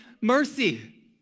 mercy